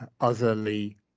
otherly